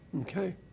Okay